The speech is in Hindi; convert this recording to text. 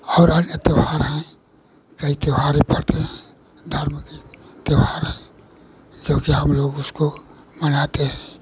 और अन्य त्यौहार हैं कई त्यौहार यह पड़ते हैं धर्म की त्यौहार हैं जोकि हम लोग उसको मनाते हैं